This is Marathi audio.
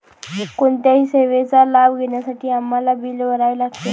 कोणत्याही सेवेचा लाभ घेण्यासाठी आम्हाला बिल भरावे लागते